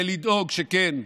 ולדאוג שכן,